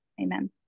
Amen